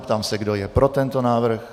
Ptám se, kdo je pro tento návrh.